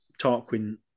Tarquin